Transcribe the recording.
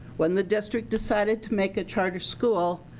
when the district decided to make a charter school.